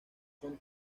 son